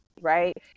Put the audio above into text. right